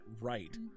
right